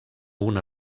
una